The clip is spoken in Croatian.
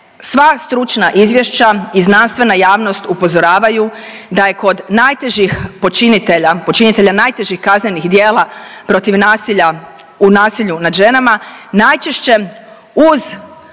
sva stručna izvješća i znanstvena javnost upozoravaju da je kod najtežih počinitelja, počinitelja najtežih kaznenih djela protiv nasilja u nasilju nad ženama najčešće uz